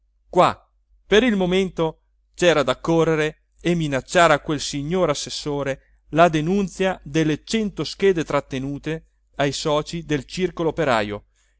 qua per il momento cera da correre a minacciare a quel signor assessore la denunzia delle cento schede trattenute ai soci del circolo operajo